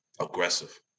aggressive